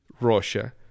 Russia